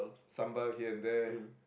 sambal here and there